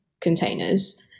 containers